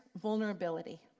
vulnerability